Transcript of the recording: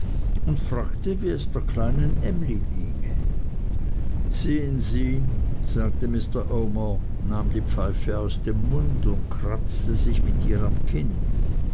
und fragte wie es der kleinen emly ginge sehen sie sagte mr omer nahm die pfeife aus dem mund und kratzte sich mit ihr am kinn